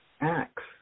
acts